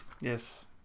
Yes